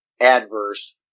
adverse